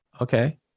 Okay